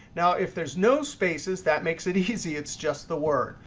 now if there's no spaces, that makes it easy. it's just the word.